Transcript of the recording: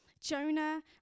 Jonah